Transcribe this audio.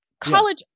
college